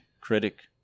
critic